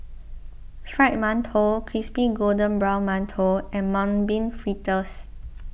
Fried Mantou Crispy Golden Brown Mantou and Mung Bean Fritters